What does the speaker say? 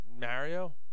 Mario